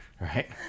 Right